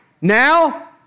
now